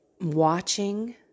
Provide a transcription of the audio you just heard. watching